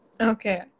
Okay